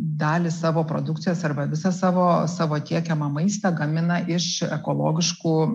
dalį savo produkcijos arba visą savo savo tiekiamą maistą gamina iš ekologiškų